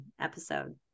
episode